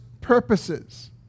purposes